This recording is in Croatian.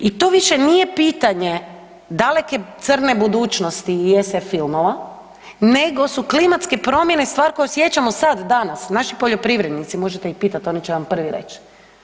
I to više nije pitanje daleke crne budućnosti i SF filmova nego su klimatske promjene stvar koju osjećamo sad, danas, naši poljoprivrednici možete ih pitat oni će vam prvi reći.